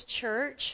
church